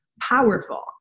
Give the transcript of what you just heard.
powerful